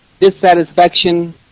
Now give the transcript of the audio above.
dissatisfaction